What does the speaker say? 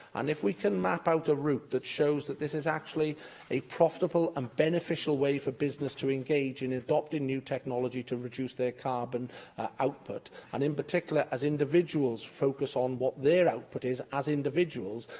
and if we can map out a route that shows that this is actually a profitable and beneficial way for business to engage in adopting new technology to reduce their carbon output, and, in particular, as individuals focus on what their output is as individuals,